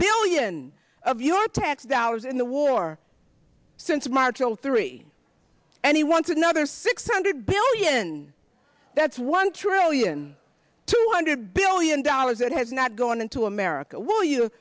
billion of your tax dollars in the war since march of zero three and he wants another six hundred billion that's one trillion two hundred billion dollars that has not gone into america will you